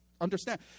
understand